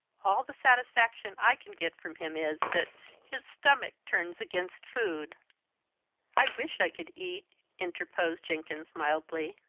all the satisfaction i can get from him is, that his stomach turns against food i wish i could eat, interposed jenkins, mildly.